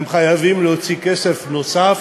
הם חייבים להוציא כסף נוסף